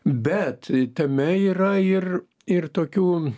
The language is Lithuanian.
bet tame yra ir ir tokių